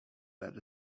let